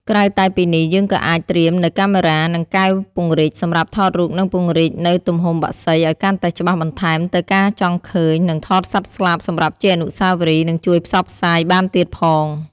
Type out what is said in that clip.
ក្រៅតែពីនេះយើងក៏អាចត្រៀមនៅកាមេរ៉ា និងកែវពង្រីកសម្រាប់ថតរូបនិងពង្រីកនៅទំហំបក្សីឲ្យកាន់តែច្បាស់បន្ថែមទៅការចង់ឃើញនិងថតសត្វស្លាប់សម្រាប់ជាអនុស្សាវរីយ៍និងជួយផ្សព្វផ្សាយបានទៀតផង។